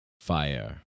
fire